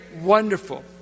wonderful